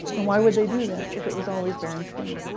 and why would they do that, if it was always berenstain.